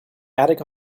attic